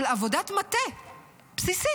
של עבודת מטה בסיסית.